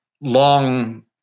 long